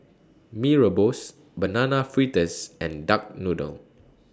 Mee Rebus Banana Fritters and Duck Noodle